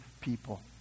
people